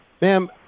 ma'am